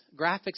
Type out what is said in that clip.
graphics